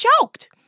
choked